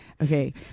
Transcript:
Okay